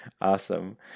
awesome